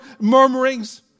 Murmurings